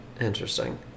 Interesting